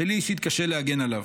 שלי אישית קשה להגן עליו.